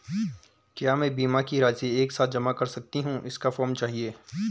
क्या मैं बीमा की राशि एक साथ जमा कर सकती हूँ इसका फॉर्म चाहिए?